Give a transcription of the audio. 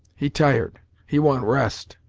he tired he want rest.